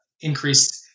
increased